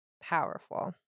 powerful